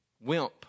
wimp